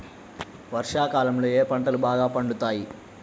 వర్షాకాలంలో ఏ పంటలు బాగా పండుతాయి?